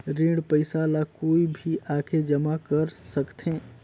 ऋण पईसा ला कोई भी आके जमा कर सकथे?